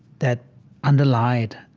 that underlied,